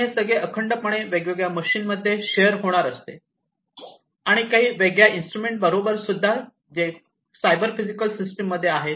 आणि हे सगळे अखंडपणे वेगवेगळ्या मशीन मध्ये शेअर होणार असते आणि काही वेगळ्या इन्स्ट्रुमेंट बरोबर सुद्धा जे सायबर फिजिकल सिस्टीम मध्ये आहेत